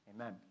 amen